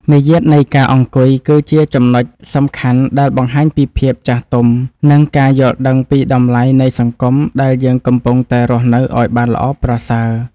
មារយាទនៃការអង្គុយគឺជាចំណុចសំខាន់ដែលបង្ហាញពីភាពចាស់ទុំ និង ការយល់ដឹងពីតម្លៃនៃសង្គមដែលយើងកំពុងតែរស់នៅឱ្យបានល្អប្រសើរ។